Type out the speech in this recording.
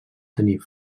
tenir